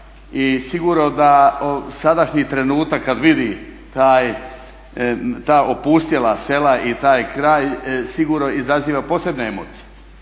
sigurno da sadašnji trenutak kad vidi ta opustjela sela i taj kraj sigurno izaziva posebne emocije.